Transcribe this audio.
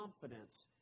confidence